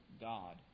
God